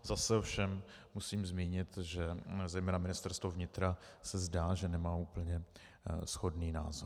Zase ovšem musím zmínit, že zejména Ministerstvo vnitra se zdá, že nemá úplně shodný názor.